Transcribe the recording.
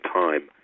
time